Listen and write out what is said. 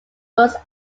was